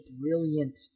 brilliant